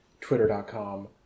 Twitter.com